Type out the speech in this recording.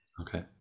Okay